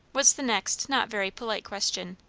was the next not very polite question.